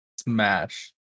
Smash